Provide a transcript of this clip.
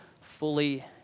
fully